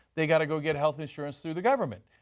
they've got to get health insurance through the government.